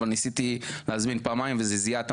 אבל ניסיתי להזמין פעמיים וזה זיהה את